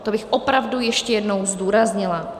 To bych opravdu ještě jednou zdůraznila.